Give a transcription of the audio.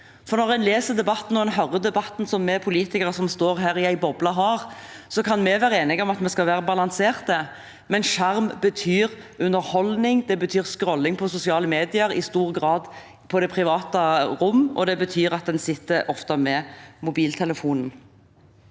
Når en leser debatten og hører debatten vi politikere som står her i en boble, har, kan vi være enige om at vi skal være balanserte, men skjerm betyr underholdning, skrolling på sosiale medier, i stor grad i det private rom, og det betyr at en ofte sitter med mobiltelefonen.